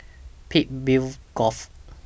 Peakville Grove